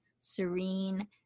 serene